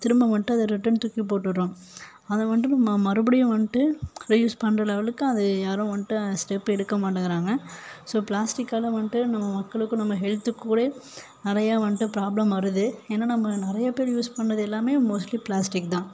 திரும்ப வன்ட்டு அதை ரிட்டன் தூக்கி போட்டுடறோம் அதை வன்ட்டு இப்போ ம மறுபடியும் வன்ட்டு ரீயூஸ் பண்ணுற லெவலுக்கு அது யாரும் வன்ட்டு ஸ்டெப் எடுக்க மாட்டேங்குறாங்க ஸோ பிளாஸ்டிக்கால் வன்ட்டு நம்ம மக்களுக்கும் நம்ம ஹெல்த்துக்கு கூட நிறையா வன்ட்டு ப்ராப்லம் வருது ஏனால் நம்ம நிறையா பேர் யூஸ் பண்ணுறதெல்லாமே மோஸ்ட்லி பிளாஸ்டிக் தான்